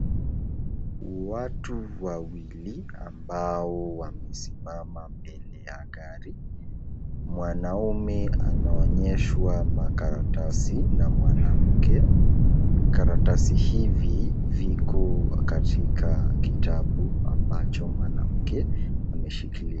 Watu wawili ambao wamesimama mbele ya gari. Mwanaume anaonyeshwa makaratasi na mwanamke, karatasi hivi viko katika kitabu ambacho mwanamke ameshikilia.